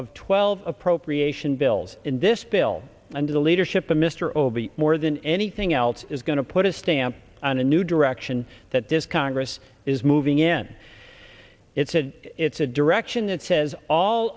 of twelve appropriation bills in this bill under the leadership of mr obi more than anything else is going to put a stamp on a new direction that this congress is moving in its head it's a direction that says all